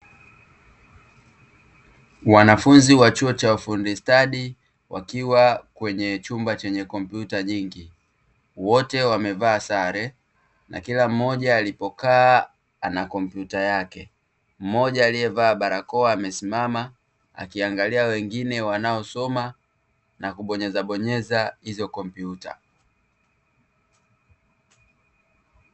Wanafunzi wa chuo cha ufundi stadi, wakiwa kwenye chumba chenye kompyuta nyingi. Wote wamevaa sare na kila mmoja alipokaa ana kompyuta yake. Mmoja aliyevaa barakoa amesimama, akiangalia wengine wanaosoma na kubonyeza bonyeza hizo kompyuta.